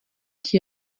qui